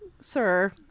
sir